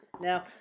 now